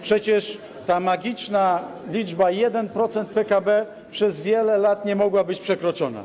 Przecież ta magiczna liczba 1% PKB przez wiele lat nie mogła być przekroczona.